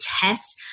test